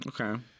okay